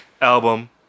album